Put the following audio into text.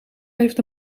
heeft